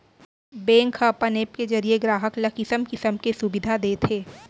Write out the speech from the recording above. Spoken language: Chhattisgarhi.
बेंक ह अपन ऐप के जरिये गराहक ल किसम किसम के सुबिधा देत हे